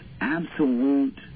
absolute